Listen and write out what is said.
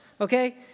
Okay